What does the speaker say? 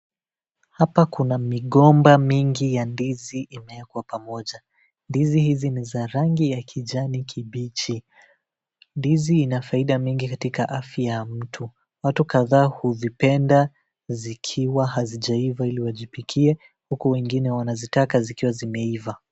Hapa kuna migomba mingi ya ndizi imewekwa pamoja, ndizi hizi ni ya rangi ya kijani kibichi. Ndizi ina faida mingi katika afya ya mtu, watu kadhaa huvipenda zikiwa hazijaiva ile wajipikie ila wengine wanazitaka zikiwa zimeiva.